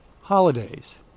holidays